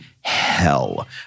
hell